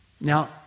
Now